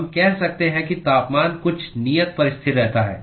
हम कह सकते हैं कि तापमान कुछ नियत पर स्थिर रहता है